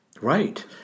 Right